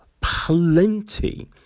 plenty